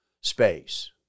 space